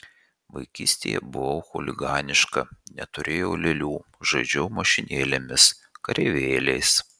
vaikystėje buvau chuliganiška neturėjau lėlių žaidžiau mašinėlėmis kareivėliais